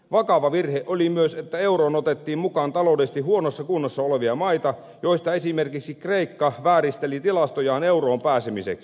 vakava virhe oli myös että euroon otettiin mukaan taloudellisesti huonossa kunnossa olevia maita joista esimerkiksi kreikka vääristeli tilastojaan euroon pääsemiseksi